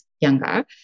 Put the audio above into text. younger